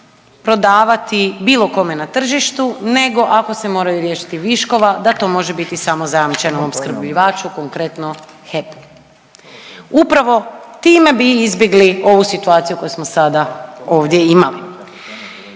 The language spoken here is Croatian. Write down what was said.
prodavati bilo kome na tržištu, nego, ako se moraju riješiti viškova, da to može biti samo zajamčenom opskrbljivaču, konkretno, HEP-u. Upravo time bi izbjegli ovu situaciju koju smo sada ovdje imali.